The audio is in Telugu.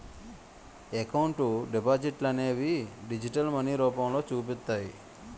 ఎకౌంటు డిపాజిట్లనేవి డిజిటల్ మనీ రూపంలో చూపిస్తాయి